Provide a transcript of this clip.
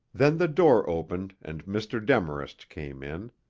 then the door opened and mr. demarest came in.